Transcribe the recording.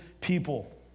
people